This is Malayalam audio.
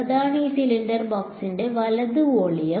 അതാണ് ഈ സിലിണ്ടർ ബോക്സിന്റെ വലത് വോളിയം